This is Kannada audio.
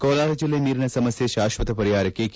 ಕೋಲಾರ ಜಿಲ್ಲೆ ನೀರಿನ ಸಮಸ್ಕೆ ಶಾಶ್ವತ ಪರಿಹಾರಕ್ಕೆ ಕೆ